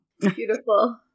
beautiful